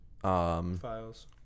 files